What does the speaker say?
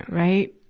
right.